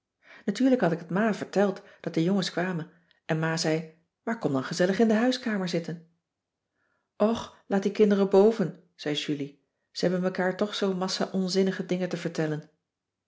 natuurlijk had ik het ma verteld dat de jongens kwamen en ma zei maar kom dan gezellig in de huiskamer zitten och laat die kinderen boven zei julie ze hebben mekaar toch zoo'n massa onzinnige dingen te vertellen